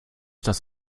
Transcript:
das